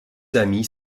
amies